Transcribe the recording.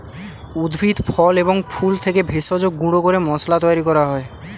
উদ্ভিদ, ফল এবং ফুল থেকে ভেষজ গুঁড়ো করে মশলা তৈরি করা হয়